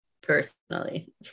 personally